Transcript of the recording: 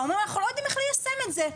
אומרים אנחנו לא יודעים איך ליישם את זה.